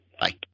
Bye